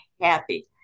happy